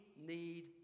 need